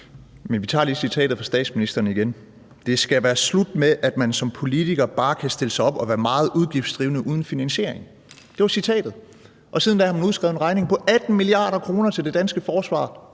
Men vi tager lige citatet fra statsministeren igen: Det skal være slut med, at man som politiker bare kan stille sig op og være meget udgiftsdrivende uden finansiering. Det var citatet. Siden da har man udskrevet en regning på 18 mia. kr. til det danske forsvar